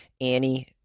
Annie